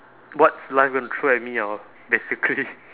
what's life gonna throw at me hor basically